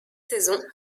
saison